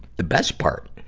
the best part,